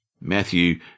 Matthew